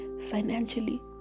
financially